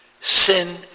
Sin